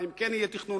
אם כן יהיה תכנון,